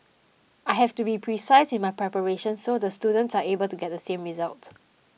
I have to be precise in my preparations so the students are able to get the same results